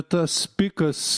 tas pikas